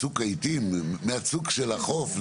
מהצוק של החוף,